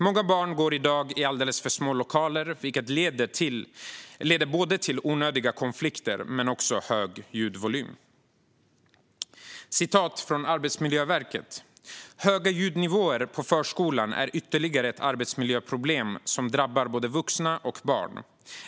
Många barn går i dag i förskolan i alldeles för små lokaler, vilket leder till både onödiga konflikter och hög ljudvolym. Ett citat från Arbetsmiljöverket: "Höga ljudnivåer på förskolan är ytterligare ett arbetsmiljöproblem som drabbar både vuxna och barn.